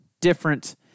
different